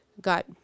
got